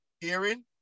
Hearing